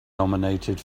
nominated